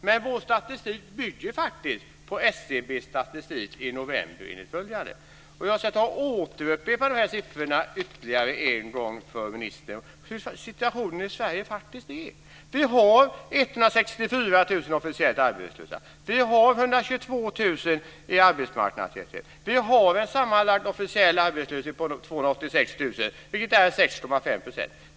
Men vår statistik bygger faktiskt på SCB:s statistik i november enligt följande, och jag ska upprepa de här siffrorna ytterligare en gång för ministern för att belysa hurdan situationen i Sverige faktiskt är. Vi har 164 000 officiellt arbetslösa. Vi har 122 000 i arbetsmarknadsåtgärder. Vi har en sammanlagd officiell arbetslöshet på 286 000, vilket är 6,5 %.